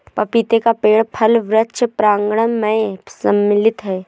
पपीते का पेड़ फल वृक्ष प्रांगण मैं सम्मिलित है